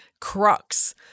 crux